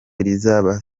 rizaba